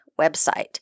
website